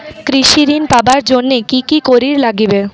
কৃষি ঋণ পাবার জন্যে কি কি করির নাগিবে?